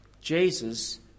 Jesus